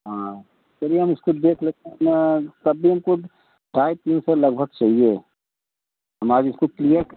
हाँ चलिए हम इसको देख लेते हैं तब भी हमको ढाई तीन सौ लगभग चाहिए हमारी खुद के लिए